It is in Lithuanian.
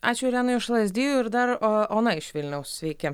ačiū irenai iš lazdijų ir dar o ona iš vilniaus sveiki